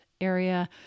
area